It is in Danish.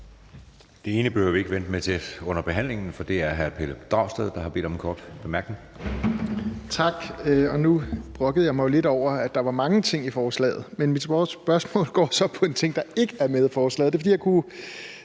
Det sidste behøver vi ikke vente med til behandlingen, for hr. Pelle Dragsted har bedt om en kort bemærkning. Kl. 18:21 Pelle Dragsted (EL): Tak. Nu brokkede jeg mig jo lidt over, at der var mange ting i forslaget, men mit spørgsmål går så på en ting, der ikke er med i forslaget. Jeg kunne